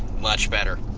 much better.